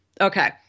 Okay